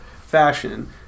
fashion